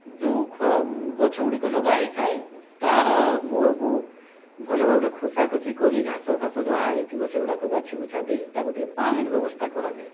ଯେଉଁ ଖ ଗଛ ଗୁଡ଼ିକ ଲଗା ହେଇଥାଏ ତାର ମୂଳକୁ ଭଲ ଭାବରେ ଖୋସା ଖୋସି କରି ଘାସ ଫାସ ଯାହା ହେଇଥିବ ସେଗୁଡ଼ିକ ବାଛି ବୁଛା ଦେଇ ତାକୁ ଟିକେ ପାଣିର ବ୍ୟବସ୍ଥା କରାଯାଏ